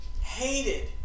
hated